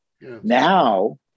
Now